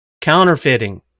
counterfeiting